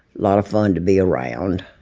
lot of fun to be around.